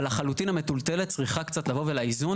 אבל לחלוטין המטוטלת צריכה קצת לבוא ולאיזון